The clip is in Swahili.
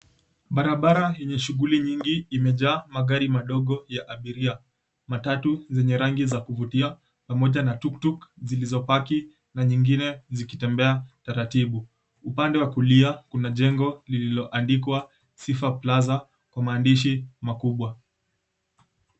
Barabara yenye shughuli nyingi imejaa magari madogo ya abiria, matatu zenye rangi za kuvutia pamoja na tuktuk zilizobaki na nyingine zikitembea taratibu. Upande wa kulia kuna jengo lililoandikwa, Sifa Plaza kwa maandishi makubwa.